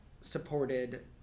supported